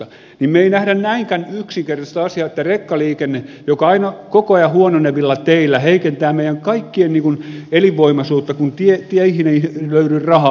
me emme näe näinkään yksinkertaista asiaa että rekkaliikenne koko ajan huononevilla teillä heikentää meidän kaikkien elinvoimaisuutta kun teihin ei löydy rahaa